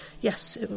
yes